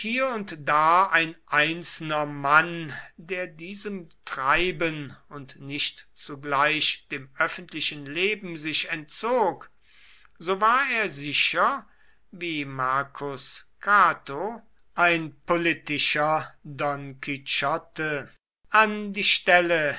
und da ein einzelner mann der diesem treiben und nicht zugleich dem öffentlichen leben sich entzog so war er sicher wie marcus cato ein politischer don quichotte an die stelle